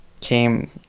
came